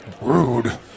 Rude